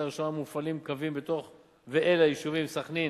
לראשונה מופעלים קווים בתוך ואל היישובים סח'נין,